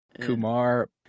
Kumar